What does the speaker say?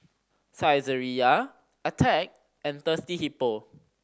Saizeriya Attack and Thirsty Hippo